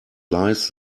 lies